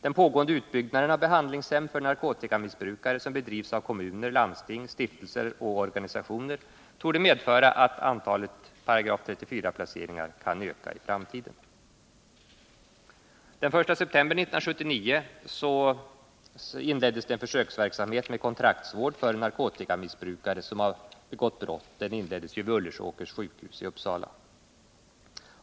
Den pågående utbyggnaden av behandlingshem för narkotikamissbrukare som bedrivs av kommuner, landsting, stiftelser och organisationer torde medföra att antalet 34 §- placeringar kan öka i framtiden. Den 1 september 1979 inleddes en försöksverksamhet med kontraktsvård för narkotikamissbrukare som har begått brott. Den inleddes vid Ulleråkers sjukhus i Uppsala.